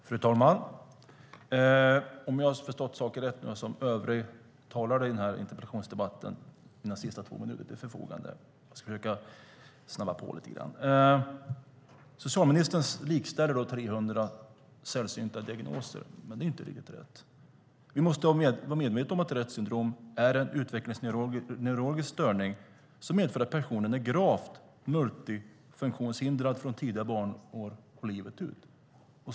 Fru talman! Om jag har förstått saken rätt har jag två minuter till förfogande som övrig talare i interpellationsdebatten. Jag ska försöka snabba på lite grann. Socialministern likställer 300 sällsynta diagnoser. Det är inte riktigt rätt. Vi måste vara medvetna om att Retts syndrom är en utvecklingsneurologisk störning som medför att personen är gravt multifunktionshindrad från tidiga barnaår och livet ut.